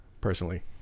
Personally